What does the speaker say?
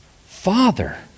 Father